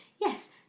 yes